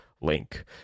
link